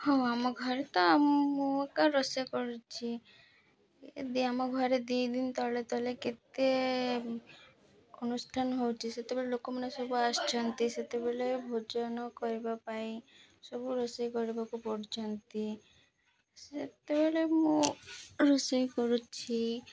ହଁ ଆମ ଘରେ ତ ମୁଁ ଏକ ଏକ ରୋଷେଇ କରୁଛି ଦି ଆମ ଘରେ ଦୁଇ ଦିନ ତଳେ ତଳେ କେତେ ଅନୁଷ୍ଠାନ ହେଉଛି ସେତେବେଳେ ଲୋକମାନେ ସବୁ ଆସୁଛନ୍ତି ସେତେବେଳେ ଭୋଜନ କରିବା ପାଇଁ ସବୁ ରୋଷେଇ କରିବାକୁ ପଡ଼ୁଛନ୍ତି ସେତେବେଳେ ମୁଁ ରୋଷେଇ କରୁଛି